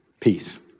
peace